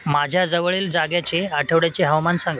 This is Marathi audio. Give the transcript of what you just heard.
माझ्या जवळील जाग्याचे आठवड्याचे हवामान सांगा